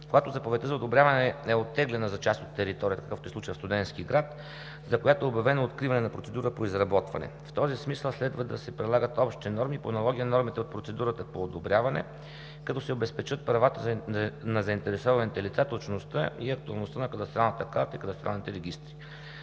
когато заповедта за одобряване е оттеглена за част от територията, какъвто е случаят в Студентски град, за която е обявено откриване на процедура по изработване. В този смисъл следва да се прилагат общи норми по аналогия на нормите от процедурата по одобряване, като се обезпечат правата на заинтересованите лица, точността и актуалността на кадастралната карта и кадастралните регистри.